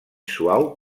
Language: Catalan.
suau